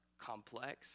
complex